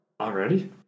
Already